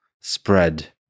spread